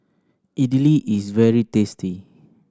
Idili is very tasty